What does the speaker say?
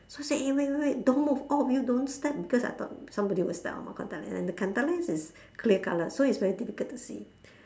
so I said eh wait wait wait don't move all of you don't step because I thought somebody will step on my contact lens and the contact lens is clear colour so it's very difficult to see